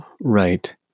right